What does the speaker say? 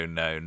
no